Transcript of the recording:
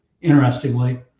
interestingly